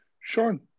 Sean